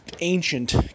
ancient